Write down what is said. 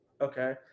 Okay